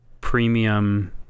premium